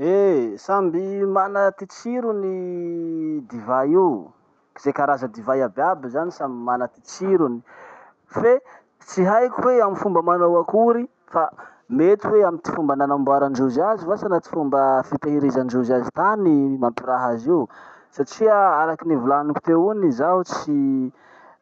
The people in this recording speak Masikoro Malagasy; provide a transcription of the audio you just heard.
Eh! Samby mana ty tsirony ty divay io. Ze karaza divay iaby iaby zany samy mana ty tsirony. Fe tsy haiko hoe amy fomba manao akory fa mety hoe amy ty fomba nanamboarandrozy azy vasa na ty fomba fitehirizandrozy azy tany mampiraha azy io. Satria araky nivolaniko teo iny, zaho tsy